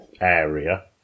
area